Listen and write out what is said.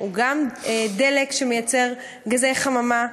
והוא גם דלק שמייצר גזי חממה.